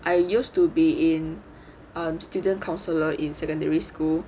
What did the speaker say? I used to be in um student councillor in secondary school